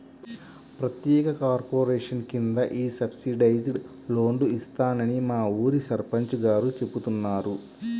ప్రత్యేక కార్పొరేషన్ కింద ఈ సబ్సిడైజ్డ్ లోన్లు ఇస్తారని మా ఊరి సర్పంచ్ గారు చెబుతున్నారు